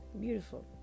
Beautiful